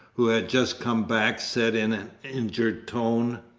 who had just come back, said in an injured tone.